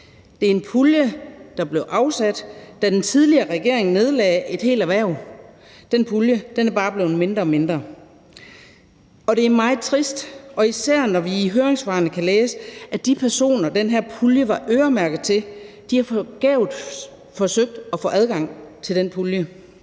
Det er en pulje, der blev afsat, da den tidligere regering nedlagde et helt erhverv. Den pulje er bare blevet mindre og mindre. Det er meget trist, og især, når vi i høringssvarene kan læse, at de personer, den her pulje var øremærket til, forgæves har forsøgt at få adgang til den.